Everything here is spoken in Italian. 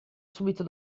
subito